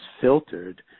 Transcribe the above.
filtered